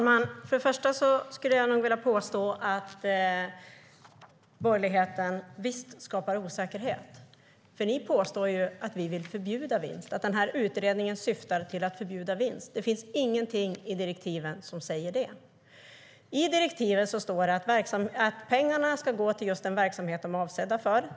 Herr talman! Borgerligheten skapar visst osäkerhet, för ni påstår att vi vill förbjuda vinst och att utredningen syftar till att förbjuda vinst. Men det finns inget i direktiven som säger det. I direktiven står det att pengarna ska gå till just den verksamhet de är avsedda för.